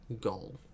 goal